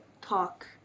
talk